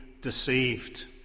deceived